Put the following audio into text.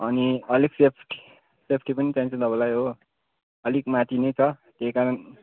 अनि अलिक safety safety पनि चाहिन्छ तपाईँलाई हो अलिक माथि नै छ त्यही कारण